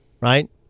right